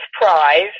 Prize